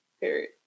Period